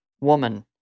Woman